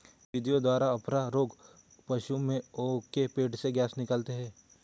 किन विधियों द्वारा अफारा रोग में पशुओं के पेट से गैस निकालते हैं?